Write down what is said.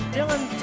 Dylan